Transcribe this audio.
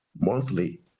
monthly